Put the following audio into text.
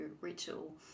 ritual